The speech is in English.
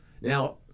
now